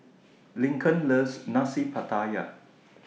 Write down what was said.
Lincoln loves Nasi Pattaya